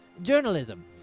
journalism